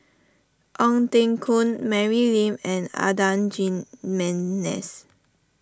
Ong Teng Koon Mary Lim and Adan Jimenez